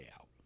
out